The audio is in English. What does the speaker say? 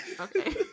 Okay